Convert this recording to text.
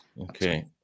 Okay